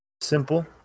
Simple